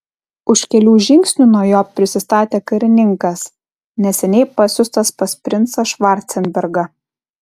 už kelių žingsnių nuo jo prisistatė karininkas neseniai pasiųstas pas princą švarcenbergą